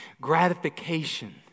gratification